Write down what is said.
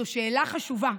זו שאלה חשובה.